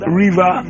river